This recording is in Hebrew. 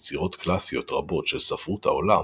ויצירות קלאסיות רבות של ספרות העולם